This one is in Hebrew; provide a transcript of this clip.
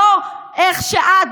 לא איך שאת,